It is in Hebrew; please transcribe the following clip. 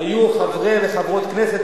היו חברי וחברות כנסת,